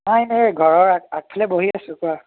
নাই নাই এই ঘৰৰ আগ আগফালে বহি আছো কোৱা